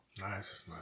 nice